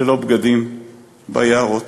ללא בגדים ביערות?